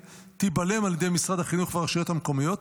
תיבלם על ידי משרד החינוך והרשויות המקומיות,